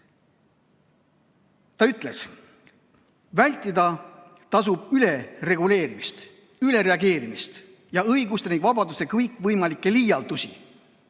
Ta ütles, et vältida tasub ülereguleerimist, ülereageerimist ning õiguste ja vabaduste kõikvõimalikke liialdusi.